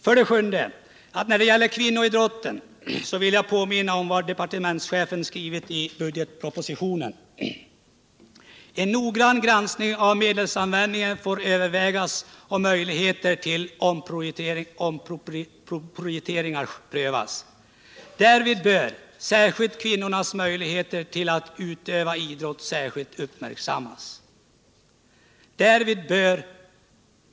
För det sjunde vill jag när det gäller kvinnoidrotten påminna om att departementschefen skrivit i budgetpropositionen att här bör en ”noggrann granskning av medelsanvändningen övervägas och möjligheten till omprioriteringar prövas. Särskilt bör därvid kvinnors möjligheter att utöva idrott uppmärksammas”.